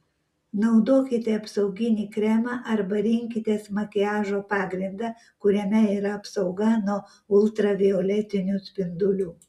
naudokite apsauginį kremą arba rinkitės makiažo pagrindą kuriame yra apsauga nuo ultravioletinių spindulių